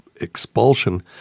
expulsion